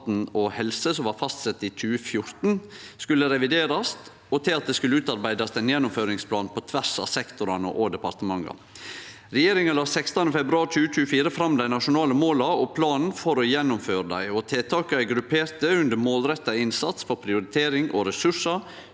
og helse, som blei fastsette i 2014, skulle reviderast, og til at det skulle utarbeidast ein gjennomføringsplan på tvers av sektorane og departementa. Regjeringa la 16. februar 2024 fram dei nasjonale måla og planen for å gjennomføre dei. Tiltaka er grupperte under følgjande: målretta innsats for prioritering og ressursar;